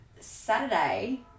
Saturday